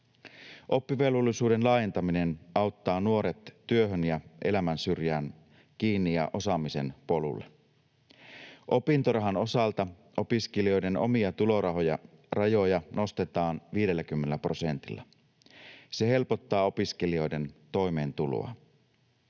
Oppivelvollisuuden laajentaminen auttaa nuoret työhön ja elämän syrjään kiinni ja osaamisen polulle. Opintorahan osalta opiskelijoiden omia tulorajoja nostetaan 50 prosentilla. Se helpottaa opiskelijoiden toimeentuloa.